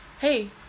Hey